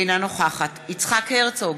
אינה נוכחת יצחק הרצוג,